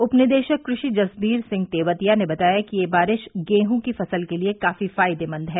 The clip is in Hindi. उप निदेशक कृषि जसबीर सिंह तेवतिया ने बताया कि यह बारिश गेहूं की फसल के लिए काफी फायदेमंद है